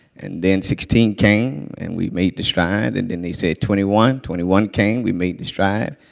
and then sixteen came and we made the stride, and then they said twenty one. twenty one came, we made the stride.